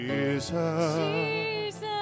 Jesus